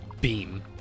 beam